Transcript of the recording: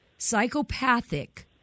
psychopathic